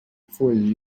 foll